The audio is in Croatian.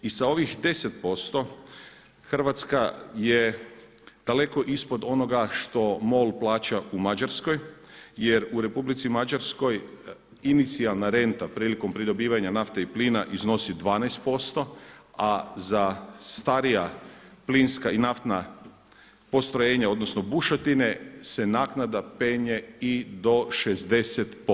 I sa ovih 10% Hrvatska je daleko ispod onoga što MOL plaća u Mađarskoj jer u Republici Mađarskoj inicijalna renta prilikom pridobivanja nafte i plina iznosi 12% a za starija plinska i naftna postrojenja odnosno bušotine se naknada penje i do 60%